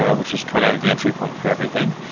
ah which is kind of the entry point for everything.